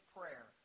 prayer